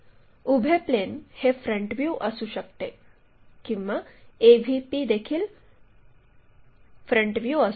उभे प्लेन हे front view असू शकते किंवा AVP देखील फ्रंट व्ह्यू असू शकते